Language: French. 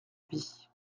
vie